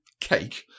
cake